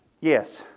Yes